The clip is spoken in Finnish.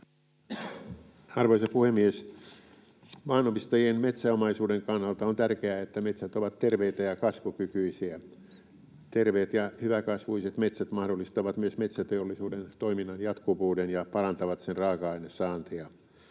Arvoisa puhemies! Maanomistajien metsäomaisuuden kannalta on tärkeää, että metsät ovat terveitä ja kasvukykyisiä. Terveet ja hyväkasvuiset metsät mahdollistavat myös metsäteollisuuden toiminnan jatkuvuuden ja parantavat sen raaka-ainesaantia.